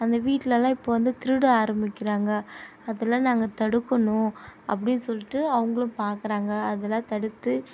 அந்த வீட்டிலெல்லாம் இப்போ வந்து திருட ஆரம்பிக்கிறாங்க அதெலாம் நாங்கள் தடுக்கணும் அப்படினு சொல்லிட்டு அவங்களும் பார்க்குறாங்க அதெல்லாம் தடுத்து